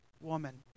woman